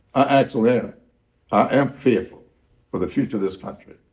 ah actually am. i am fearful for the future of this country.